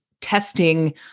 testing